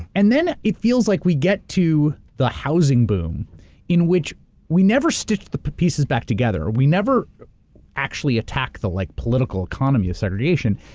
and then it feels like we get to the housing boom in which we never stitched the pieces back together, we never actually attack the like political economy of segregation.